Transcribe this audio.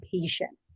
patient